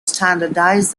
standardized